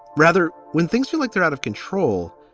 rather, when things feel like they're out of control,